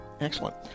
Excellent